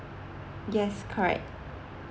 yes correct